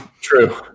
True